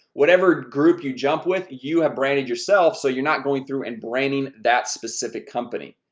whatever group you jump with you have branded yourself so you're not going through and branding that specific company,